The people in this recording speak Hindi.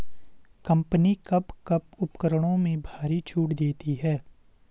कंपनी कब कब उपकरणों में भारी छूट देती हैं?